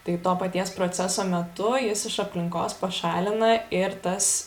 tai to paties proceso metu jis iš aplinkos pašalina ir tas